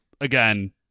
again